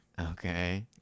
Okay